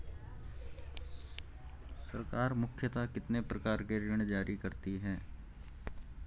सरकार मुख्यतः कितने प्रकार के ऋण जारी करती हैं?